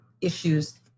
issues